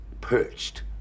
Perched